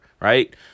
Right